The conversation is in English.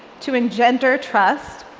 to engender trust,